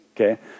okay